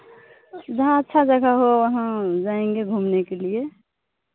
जहाँ अच्छा जगह हो वहाँ जाएंगे घूमने के लिए